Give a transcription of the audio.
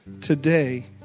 Today